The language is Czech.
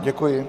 Děkuji.